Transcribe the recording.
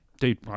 dude